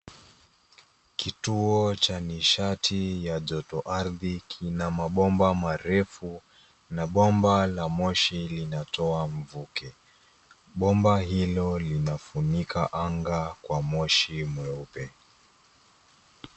Kituo cha nishati ya jotoardhi kina mabomba marefu na bomba la moshi linatoa mvuke. Bomba hilo linafunika anga kwa moshi mweupe.